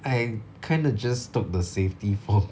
I kinda just took the safety for